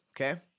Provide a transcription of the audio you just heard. Okay